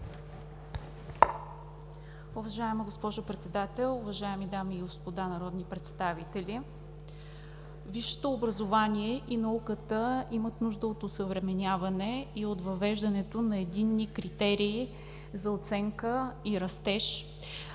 Уважаема госпожо Председател, уважаеми дами и господа народни представители! Висшето образование и науката имат нужда от осъвременяване и от въвеждането на единни критерии за оценка и растеж.